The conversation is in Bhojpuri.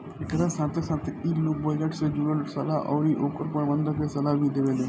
एकरा साथे साथे इ लोग बजट से जुड़ल सलाह अउरी ओकर प्रबंधन के सलाह भी देवेलेन